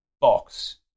box